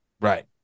Right